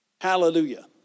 Hallelujah